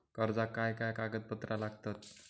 कर्जाक काय काय कागदपत्रा लागतत?